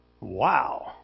Wow